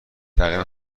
تقریبا